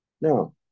Now